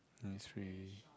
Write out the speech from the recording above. Innisfree